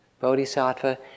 Bodhisattva